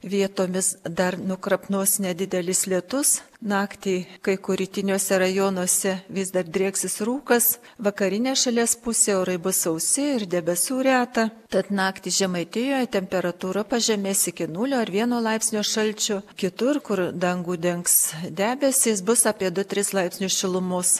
vietomis dar nukrapnos nedidelis lietus naktį kai kur rytiniuose rajonuose vis dar drieksis rūkas vakarinėje šalies pusėj orai bus sausi ir debesų reta tad naktį žemaitijoje temperatūra pažemės iki nulio ar vieno laipsnio šalčio kitur kur dangų dengs debesys bus apie du tris laipsnius šilumos